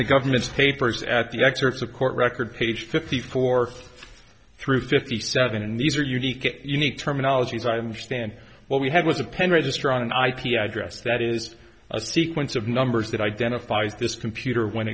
the government papers at the excerpts of court record page fifty four through fifty seven and these are unique and unique terminology time stand what we had was a pen register on an ip address that is a sequence of numbers that identifies this computer when